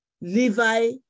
Levi